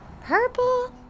purple